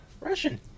Russian